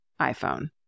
iPhone